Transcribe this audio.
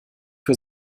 für